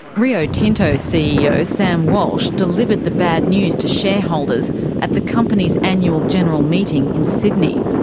rio tinto ceo sam walsh delivered the bad news to shareholders at the company's annual general meeting in sydney,